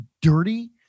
dirty